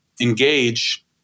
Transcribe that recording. engage